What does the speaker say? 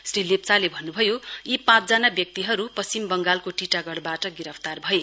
श्री लेप्चाले भन्नभयो यी पाँचजना व्यक्तिहरु पश्चिम वंगालको टीटागढ़ कोलकातावाट गिरफ्तार भए